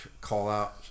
call-out